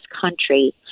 country